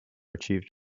achieved